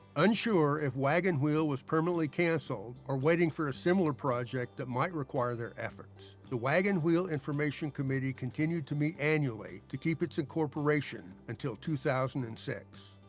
unsure if wagon wheel was permanently canceled or waiting for a similar project that might require their efforts, the wagon wheel information committee continued to meet annually to keep its incorporation until two thousand and six.